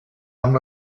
amb